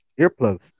earplugs